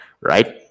right